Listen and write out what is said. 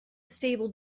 stable